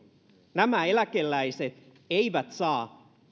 nämä eläkeläiset eivät saa